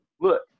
Look